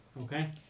okay